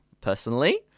personally